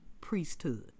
priesthood